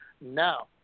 now